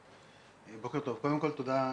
בוקר טוב, תודה לכולם.